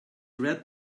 read